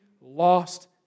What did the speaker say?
lost